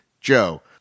Joe –